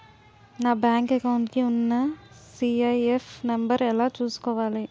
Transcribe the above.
నా bank account కి ఉన్న సి.ఐ.ఎఫ్ నంబర్ ఎలా చూసుకోవాలి?